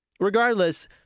regardless